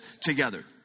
together